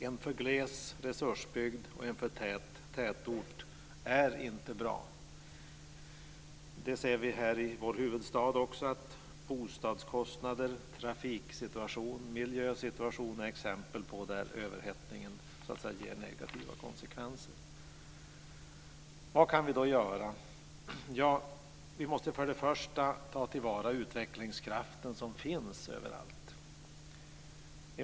En för gles resursbygd och en för tät tätort är inte bra, det ser vi också i vår huvudstad. De höga bostadskostnaderna, trafiksituationen och miljösituationen är exempel på negativa konsekvenser av överhettningen. Vad kan vi då göra? Till att börja med måste vi ta till vara den utvecklingskraft som finns överallt.